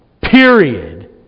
Period